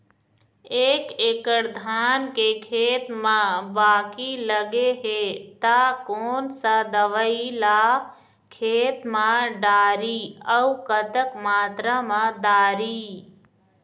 एक एकड़ धान के खेत मा बाकी लगे हे ता कोन सा दवई ला खेत मा डारी अऊ कतक मात्रा मा दारी?